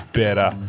better